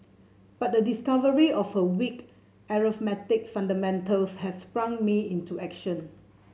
but the discovery of her weak arithmetic fundamentals has sprung me into action